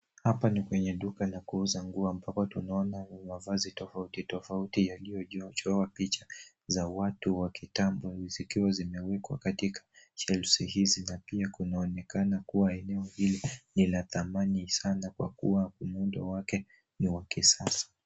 Hapa ni kwenye duka la kuuza nguo ambapo tunaona mavazi tofautitofauti yaliyochorwa picha za watu wa kitambo zikiwa zimewekwa katika shelfu hizi na pia kuonekana kuwa eneo hili ni la dhamani sana kwa kuwa muundo wake ni wa kisasa.